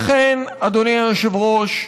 לכן, אדוני היושב-ראש,